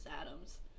Adams